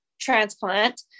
transplant